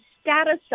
status